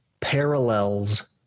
parallels